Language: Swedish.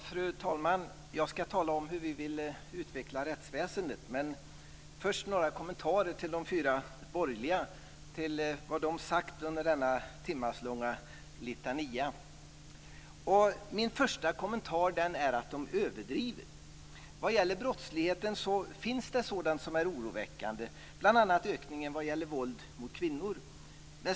Fru talman! Jag ska tala om hur vi vill utveckla rättsväsendet. Men först några kommentarer till vad de fyra borgerliga partiernas representanter har sagt under denna timmeslånga litania. Min första kommentar är att de överdriver. När det gäller brottsligheten finns det sådant som är oroväckande, bl.a. ökningen av våldet mot kvinnor.